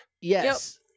Yes